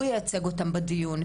הוא ייצג אותם בדיון,